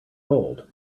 cold